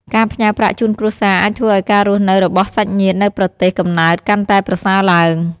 ការផ្ញើប្រាក់ជូនគ្រួសារអាចធ្វើឱ្យការរស់នៅរបស់សាច់ញាតិនៅប្រទេសកំណើតកាន់តែប្រសើរឡើង។